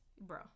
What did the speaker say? bro